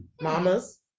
Mamas